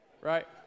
right